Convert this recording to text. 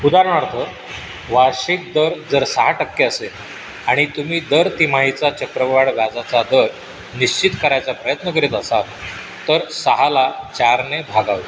उदाहरणार्थ वार्षिक दर जर सहा टक्के असेल आणि तुम्ही दर तिमाहीचा चक्रवाढ व्याजाचा दर निश्चित करायचा प्रयत्न करीत असाल तर सहाला चारने भागावे